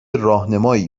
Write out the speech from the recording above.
راهنمایی